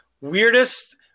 weirdest